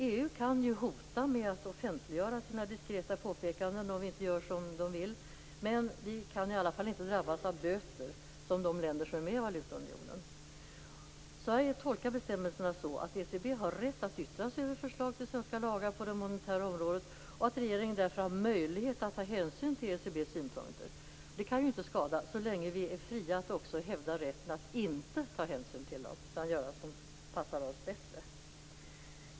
EU kan hota med att offentliggöra sina diskreta påpekanden om vi inte gör som de vill, men vi kan i alla fall inte drabbas av böter, som de länder som är med i valutaunionen. Sverige tolkar bestämmelserna så, att ECB har rätt att yttra sig över förslag till svenska lagar på det monetära området och att regeringen därför har möjlighet att ta hänsyn till ECB:s synpunkter. Det kan inte skada så länge vi är fria att också hävda rätten att inte ta hänsyn till dem utan göra det som passar oss bäst.